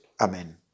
Amen